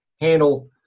handle